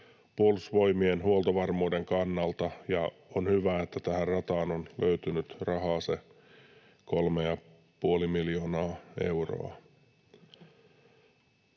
Puolustusvoimien huoltovarmuuden kannalta, ja on hyvä, että tähän rataan on löytynyt rahaa se kolme ja puoli